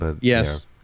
Yes